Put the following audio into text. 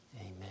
Amen